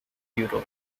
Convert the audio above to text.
europe